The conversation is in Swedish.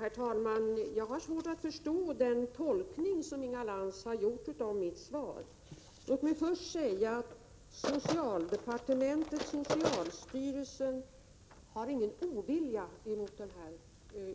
Herr talman! Jag har svårt att förstå den tolkning som Inga Lantz har gjort — 13 februari 1987 av mitt svar. Låt mig först säga följande. Socialdepartementet och socialstyrelsen har ingen ovilja mot den här